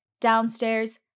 downstairs